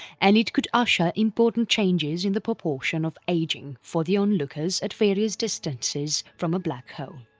and it could usher important changes in the proportion of aging for the onlookers at various distances from a black hole.